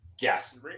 Yes